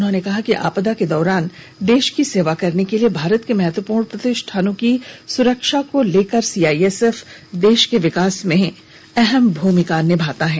उन्होंने कहा है कि आपदाओं के दोरान देश की सेवा करने के लिए भारत के महत्वपूर्ण प्रतिष्ठानों की सुरक्षा से लेकर सीआईएसएफ देश के विकास में अहम भूमिका निभाता है